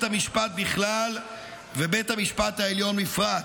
המשפט בכלל ובית המשפט העליון בפרט.